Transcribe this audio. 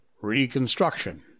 reconstruction